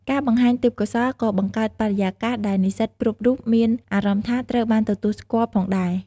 ការបង្ហាញទេពកោសល្យក៏បង្កើតបរិយាកាសដែលនិស្សិតគ្រប់រូបមានអារម្មណ៍ថាត្រូវបានទទួលស្គាល់ផងដែរ។